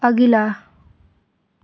अगिला